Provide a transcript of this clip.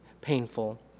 painful